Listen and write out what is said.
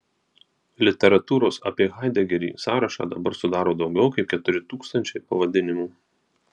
literatūros apie haidegerį sąrašą dabar sudaro daugiau kaip keturi tūkstančiai pavadinimų